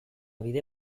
bide